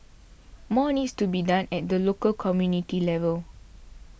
more needs to be done at the local community level